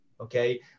Okay